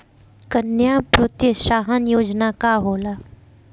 कन्या प्रोत्साहन योजना का होला?